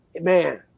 man